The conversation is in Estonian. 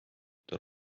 tal